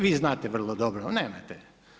Vi znate vrlo dobro, nemojte.